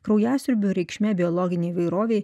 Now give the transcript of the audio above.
kraujasiurbių reikšme biologinei įvairovei